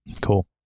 Cool